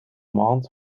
maand